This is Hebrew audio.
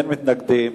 אין מתנגדים